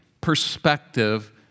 perspective